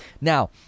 now